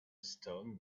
stone